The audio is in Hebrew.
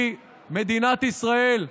כי מדינת ישראל,